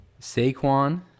Saquon